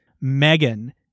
Megan